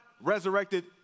resurrected